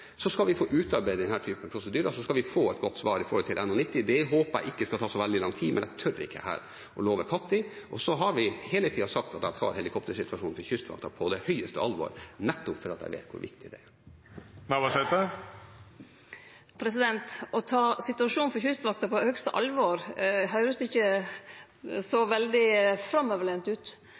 Vi skal få utarbeidet denne typen prosedyrer, og så skal vi få et godt svar om NH90. Det håper jeg ikke skal ta så veldig lang tid, men jeg tør ikke her å love når. Og så har jeg hele tida sagt at jeg tar helikoptersituasjonen for Kystvakten på det høyeste alvor, nettopp fordi jeg vet hvor viktig det er. Å ta situasjonen for Kystvakta på høgste alvor høyrest ikkje så veldig framoverlent ut.